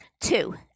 Two